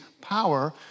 power